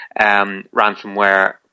ransomware